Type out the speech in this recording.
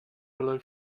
below